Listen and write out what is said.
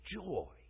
joy